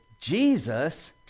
Jesus